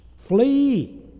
Flee